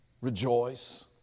Rejoice